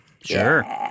Sure